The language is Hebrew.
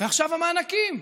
עכשיו המענקים.